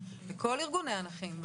לכל ארגוני הנכים,